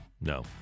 No